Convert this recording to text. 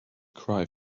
cry